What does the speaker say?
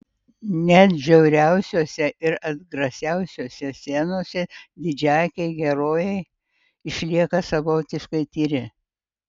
net žiauriausiose ir atgrasiausiose scenose didžiaakiai herojai išlieka savotiškai tyri